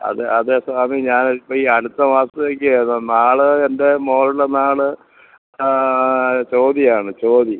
അത് അത് സ്വാമി ഞാൻ ഇപ്പോൾ ഈ അടുത്ത മാസത്തേക്കായിരുന്നു നാൾ എൻ്റെ മോളുടെ നാൾ ചോതിയാണ് ചോതി